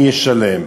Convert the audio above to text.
מי ישלם.